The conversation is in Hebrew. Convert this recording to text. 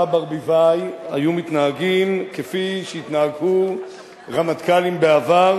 ברביבאי היו מתנהגים כפי שהתנהגו רמטכ"לים בעבר